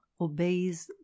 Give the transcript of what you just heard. obeys